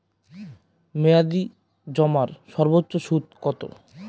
মেয়াদি জমার সর্বোচ্চ সুদ কতো?